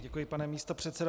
Děkuji, pane místopředsedo.